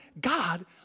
God